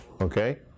Okay